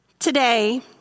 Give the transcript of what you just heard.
Today